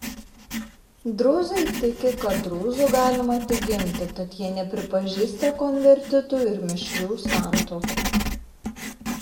drūzai tiki kad drūzu galima tik gimti tad jie nepripažįsta konvertitų ir mišrių santuokų